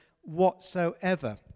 whatsoever